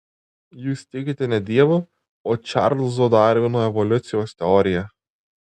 jūs tikite ne dievu o čarlzo darvino evoliucijos teorija